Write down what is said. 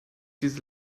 diese